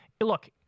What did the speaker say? look